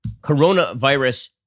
coronavirus